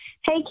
Hey